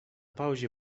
pauzie